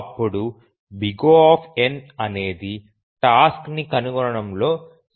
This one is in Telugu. అప్పుడు O అనేది టాస్క్ ని కనుగొనడంలో సంక్లిష్టత